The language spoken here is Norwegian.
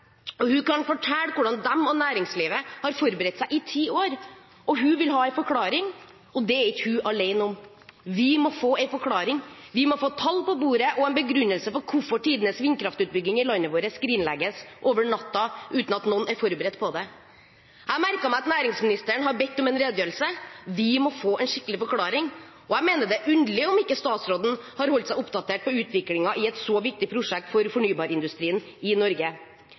og hun kunne fortelle hvordan de og næringslivet har forberedt seg i ti år. Hun ville ha en forklaring, og det er hun ikke alene om. Vi må få en forklaring, vi må få tall på bordet og en begrunnelse for hvorfor tidenes vindkraftutbygging i landet vårt skrinlegges over natten uten at noen er forberedt på det. Jeg har merket meg at næringsministeren har bedt om en redegjørelse. Vi må få en skikkelig forklaring. Jeg mener det er underlig om ikke statsråden har holdt seg oppdatert på utviklingen i et så viktig prosjekt for fornybarindustrien i Norge.